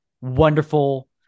wonderful